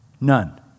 None